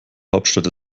hauptstadt